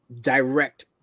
direct